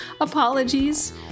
Apologies